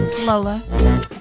Lola